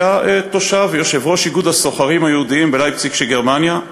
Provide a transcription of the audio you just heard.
היה יושב-ראש איגוד הסוחרים היהודים בלייפציג שבגרמניה,